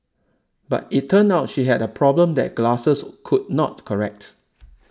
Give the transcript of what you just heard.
but it turned out she had a problem that glasses could not correct